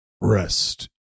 Rest